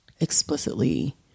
explicitly